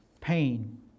pain